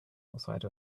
outside